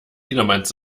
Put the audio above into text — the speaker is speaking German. jedermanns